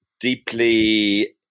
deeply